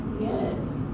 Yes